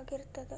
ಆಗಿರ್ತದ